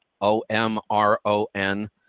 O-M-R-O-N